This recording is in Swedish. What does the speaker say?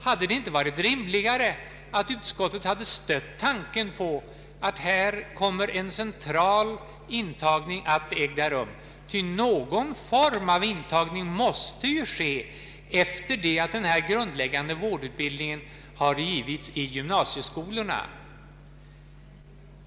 Hade det inte varit rimligare att utskottet hade stött tanken på en cen tral intagning? Någon form av intagning måste ju ske efter det att en grundläggande vårdutbildning har givits i gymnasieskolorna.